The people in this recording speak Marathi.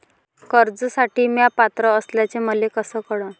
कर्जसाठी म्या पात्र असल्याचे मले कस कळन?